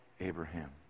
Abraham